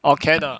or can ah